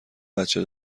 بچه